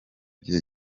gihe